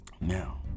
now